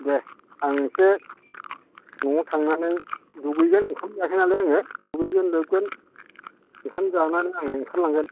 दे आं इसे न'आव थांनानै दुगैगोन ओंखाम जाखांनानै आङो दुगैगोन लोबगोन ओंखाम जानानै आं ओंखारलांगोन